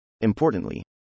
Importantly